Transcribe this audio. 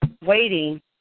waiting